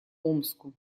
омску